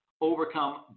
overcome